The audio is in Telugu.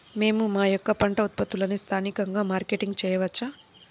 మేము మా యొక్క పంట ఉత్పత్తులని స్థానికంగా మార్కెటింగ్ చేయవచ్చా?